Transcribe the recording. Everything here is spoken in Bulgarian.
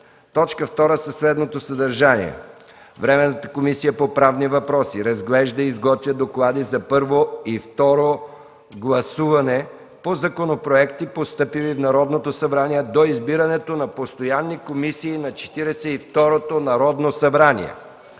втора е със следното съдържание: „2. Временната комисия по правни въпроси разглежда и изготвя доклади за първо и второ гласуване по законопроекти, постъпили в Народното събрание до избирането на постоянни комисии на Четиридесет